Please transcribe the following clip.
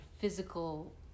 physical